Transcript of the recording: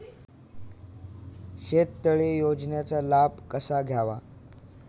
शेततळे योजनेचा लाभ कसा घ्यावा?